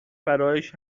برایش